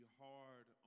hard